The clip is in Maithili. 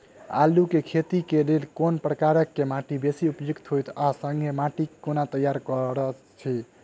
आलु केँ खेती केँ लेल केँ प्रकार केँ माटि बेसी उपयुक्त होइत आ संगे माटि केँ कोना तैयार करऽ छी?